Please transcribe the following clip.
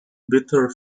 bitter